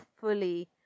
fully